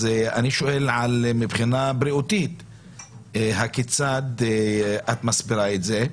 אני שואל מבחינה בריאותית כיצד את מסבירה את זה.